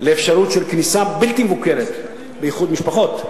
לאפשרות של כניסה בלתי מבוקרת, לאיחוד משפחות.